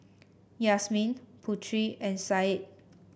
Yasmin Putri and Said